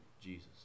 Jesus